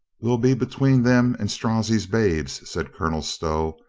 we'll be between them and strozzi's babes, said colonel stow,